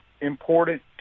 important